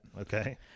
okay